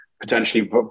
potentially